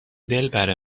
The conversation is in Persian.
دلبر